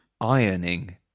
ironing